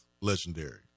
legendary